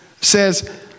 says